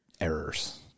errors